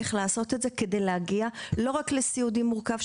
איך לעשות את זה כדי להגיע לא רק לסיעודי מורכב,